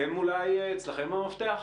אצלכם המפתח?